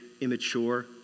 immature